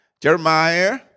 Jeremiah